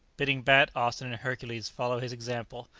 bidding bat, austin, and hercules follow his example,